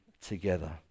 together